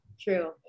True